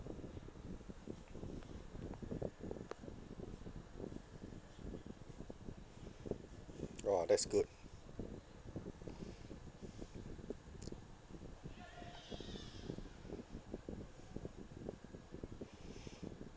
!wah! that's good